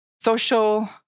social